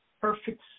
Perfect